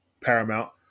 paramount